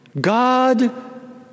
God